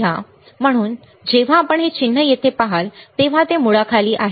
म्हणून जेव्हा आपण हे चिन्ह येथे पहाल तेव्हा हे मुळाखाली आहे